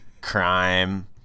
crime